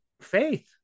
faith